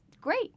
great